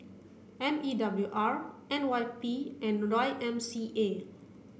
M E W R N Y P and Y M C A